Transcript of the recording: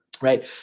right